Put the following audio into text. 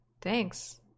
thanks